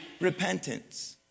repentance